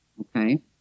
okay